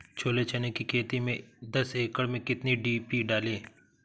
छोले चने की खेती में दस एकड़ में कितनी डी.पी डालें?